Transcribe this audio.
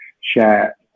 share